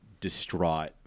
distraught